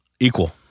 Equal